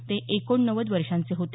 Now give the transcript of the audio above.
ते एकोणनव्वद वर्षांचे होते